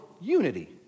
unity